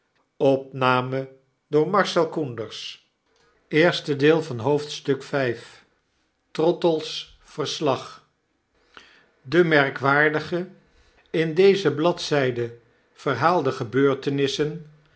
trottle's verslag de merkwaardige in deze bladznden verhaalde gebeurtenissen